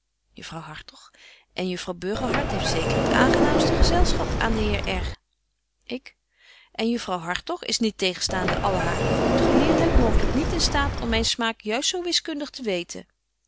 juffrouw hartog en juffrouw burgerhart heeft zeker het aangenaamste gezelschap aan den heer r ik en juffrouw hartog is niettegenstaande alle hare grote geleertheid mooglyk niet in staat om myn smaak juist zo wiskundig te weten